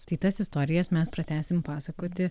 tai tas istorijas mes pratęsim pasakoti